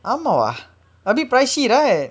ஆமாவா:aamaavaa a bit pricey right